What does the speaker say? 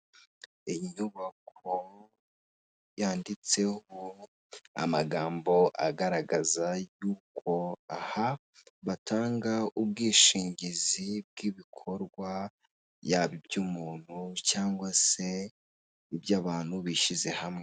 Iyi nyubako yanditseho amagambo agaragaza yuko aha batanga ubwishingizi bw'ibikorwa yaba iby ’ umuntu cyangwa se iby'abantu bishyize hamwe.